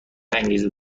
انگیزه